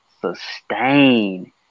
sustain